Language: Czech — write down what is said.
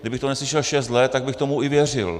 Kdybych to neslyšel šest let, tak bych tomu i věřil.